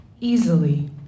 easily